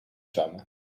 zwemmen